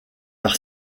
par